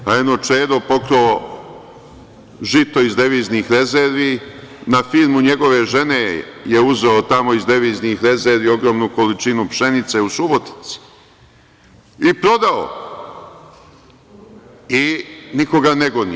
Eno, Čedo pokrao žito iz deviznih rezervi, na firmu njegove žene je uzeo tamo iz deviznih rezervi ogromnu količinu pšenice u Subotici i prodao i niko ga ne goni.